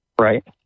Right